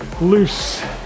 loose